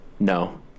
no